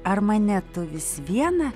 ar mane tu vis viena